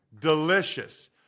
Delicious